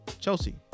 Chelsea